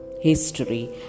history